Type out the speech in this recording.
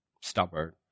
stubborn